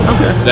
Okay